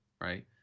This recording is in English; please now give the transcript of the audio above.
right